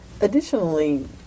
Additionally